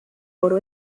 oro